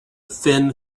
thin